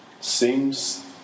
seems